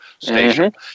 station